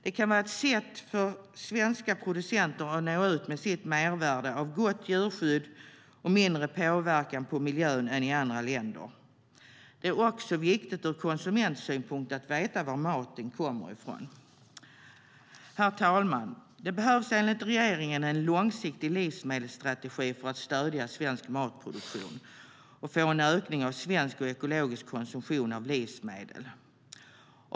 Det kan vara ett sätt för svenska producenter att nå ut med sitt mervärde av gott djurskydd och mindre påverkan på miljön än i andra länder. Det är också viktigt ur konsumentsynpunkt att veta var maten kommer ifrån. Herr talman! Det behövs enligt regeringen en långsiktig livsmedelsstrategi för att stödja svensk matproduktion och få en ökning av konsumtionen av svenska och ekologiska livsmedel.